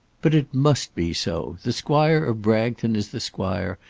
but it must be so. the squire of bragton is the squire,